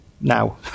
now